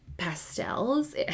Pastels